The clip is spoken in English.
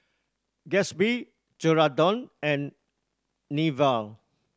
Gatsby Geraldton and Nivea